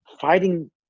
fighting